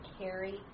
carry